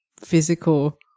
physical